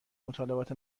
مطالبات